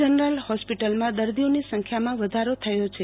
general હોસ્પિટલમાં દર્દીઓની સંખ્યામાં વધારો થયો છે